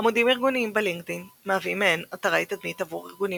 עמודים ארגוניים בלינקדאין מהווים מעין "אתרי תדמית" עבור ארגונים,